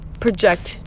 project